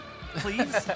Please